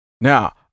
Now